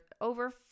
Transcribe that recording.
over